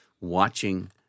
watching